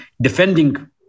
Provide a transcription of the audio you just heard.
defending